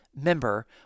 member